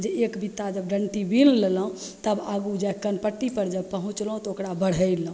जे एकबित्ता जब डन्टी बिनि लेलहुँ तब आगू जाके कनपट्टीपर जब पहुँचलहुँ तऽ ओकरा बढ़ेलहुँ